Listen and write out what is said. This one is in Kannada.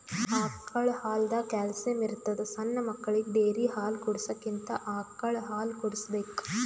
ಆಕಳ್ ಹಾಲ್ದಾಗ್ ಕ್ಯಾಲ್ಸಿಯಂ ಇರ್ತದ್ ಸಣ್ಣ್ ಮಕ್ಕಳಿಗ ಡೇರಿ ಹಾಲ್ ಕುಡ್ಸಕ್ಕಿಂತ ಆಕಳ್ ಹಾಲ್ ಕುಡ್ಸ್ಬೇಕ್